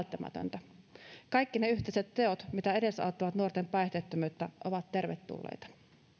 välttämätöntä kaikki ne yhteiset teot mitkä edesauttavat nuorten päihteettömyyttä ovat tervetulleita